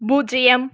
பூஜ்ஜியம்